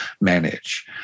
manage